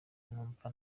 numva